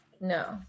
No